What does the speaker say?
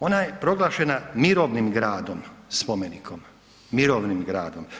Ona je proglašena mirovnim gradom spomenikom, mirovnim gradom.